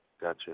Gotcha